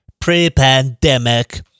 Pre-pandemic